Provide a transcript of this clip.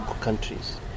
countries